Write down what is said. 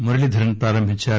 మురళీధరన్ ప్రారంభించారు